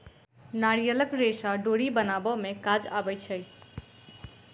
नारियलक रेशा डोरी बनाबअ में काज अबै छै